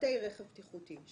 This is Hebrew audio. מפרטי רכב בטיחותי.